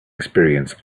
experience